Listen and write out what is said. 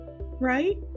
Right